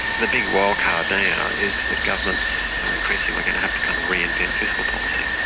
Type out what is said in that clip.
the big wildcard now is governments are increasingly going to have to kind of reinvent fiscal policy.